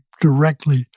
directly